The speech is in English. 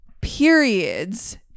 periods